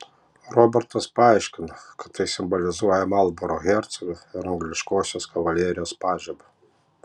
robertas paaiškino kad tai simbolizuoja marlboro hercogą ir angliškosios kavalerijos pažibą